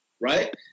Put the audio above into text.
right